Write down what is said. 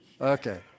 Okay